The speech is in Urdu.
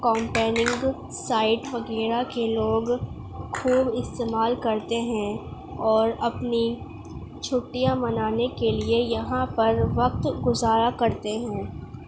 کامپینگ سائڈ وغیرہ کے لوگ خوب استعمال کرتے ہیں اور اپنی چھٹیاں منانے کے لیے یہاں پر وقت گزارا کرتے ہوں